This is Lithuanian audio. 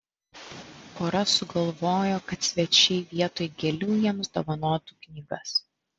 pora sugalvojo kad svečiai vietoj gėlių jiems dovanotų knygas